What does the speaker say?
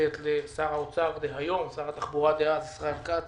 לשר התחבורה דהיום ושר התחבורה דאז ישראל כץ